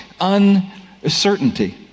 Uncertainty